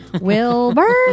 Wilbur